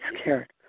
scared